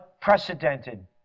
unprecedented